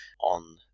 on